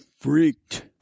freaked